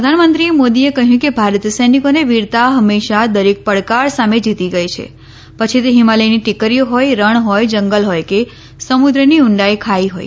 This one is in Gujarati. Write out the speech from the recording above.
પ્રધાનમંત્રીએ મોદીએ કહ્યું કે ભારતીય સૈનિકોની વીરતા હંમેશા દરેક પડકાર સામે જીતી ગઈ છે પછી તે હિમાલયની ટેકરીઓ હોય રણ હોય જંગલ હોય કે સમુદ્રની ઊંડાઈ હોય